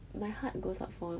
my heart goes up for